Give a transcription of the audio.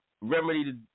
Remedy